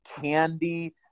candy